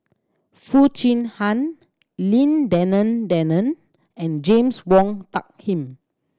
Foo Chee Han Lim Denan Denon and James Wong Tuck Him